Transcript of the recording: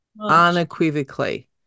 unequivocally